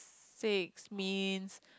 six means